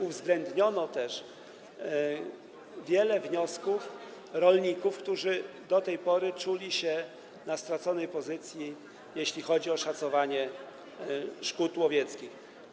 Uwzględniono też wiele wniosków rolników, którzy do tej pory czuli, że stoją na straconej pozycji, jeśli chodzi o szacowanie szkód łowieckich.